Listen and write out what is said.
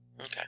Okay